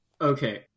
Okay